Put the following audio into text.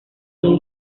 new